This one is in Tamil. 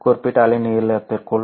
குறிப்பிட்ட அலைநீளத்திற்குள்